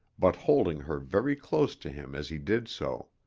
but holding her very close to him as he did so.